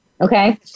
Okay